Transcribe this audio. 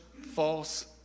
false